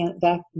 back